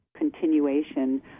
Continuation